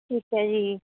ਠੀਕ ਹੈ ਜੀ